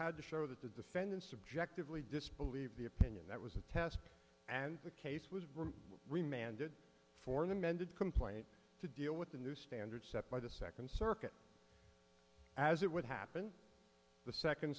had to show that the defendant subjectively disbelieve the opinion that was a test and the case was remanded for the mended complaint to deal with the new standard set by the second circuit as it would happen the second